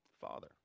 Father